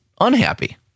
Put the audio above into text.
unhappy